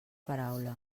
paraula